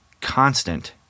constant